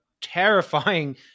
terrifying